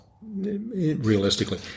realistically